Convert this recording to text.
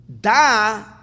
Da